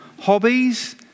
Hobbies